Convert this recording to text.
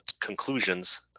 conclusions